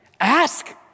ask